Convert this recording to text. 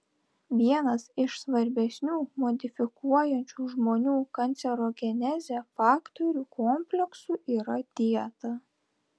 vienas iš svarbesnių modifikuojančių žmonių kancerogenezę faktorių kompleksų yra dieta